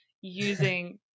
using